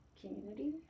community